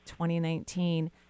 2019